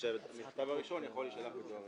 שהמכתב הראשון יכול להישלח בדואר רגיל.